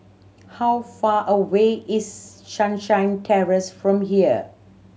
how far away is Sunshine Terrace from here